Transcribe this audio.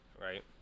Right